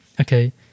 okay